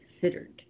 considered